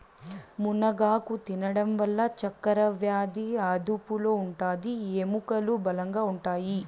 మునగాకు తినడం వల్ల చక్కరవ్యాది అదుపులో ఉంటాది, ఎముకలు బలంగా ఉంటాయి